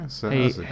Hey